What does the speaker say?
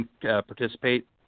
participate